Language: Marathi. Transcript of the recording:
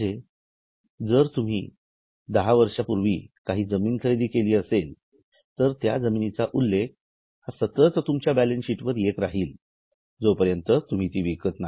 म्हणजे जर तुम्ही दहा वर्षांपूर्वी काही जमीन खरेदी केली असेल तर त्या जमिनीचा उल्लेख सतत तुमच्या बॅलन्स शीट वर येत राहील जोपर्यंत तुम्ही ती विकत नाही